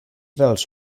dels